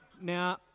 Now